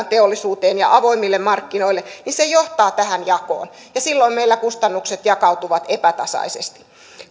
teollisuuteen ja avoimille markkinoille se johtaa tähän jakoon ja silloin meillä kustannukset jakautuvat epätasaisesti